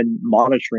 monitoring